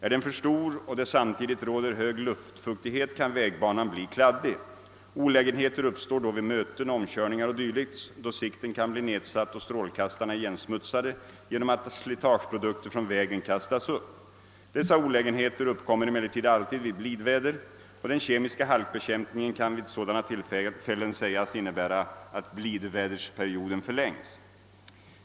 Är den för stor och det samtidigt råder hög luftfuktighet kan vägbanan bli kladdig. Olägenheter uppstår då vid möten, omkörningar o.d. då sikten kan bli nedsatt och strålkastarna igensmutsade genom att slitageprodukter från vägen kastas upp. Dessa olägenheter uppkommer emellertid alltid vid blidväder, och den kemiska halkbekämpningen kan vid sådana tillfällen sägas innebära att blidvädersperioden förlängs.